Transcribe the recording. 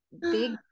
big